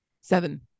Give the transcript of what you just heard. Seven